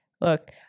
Look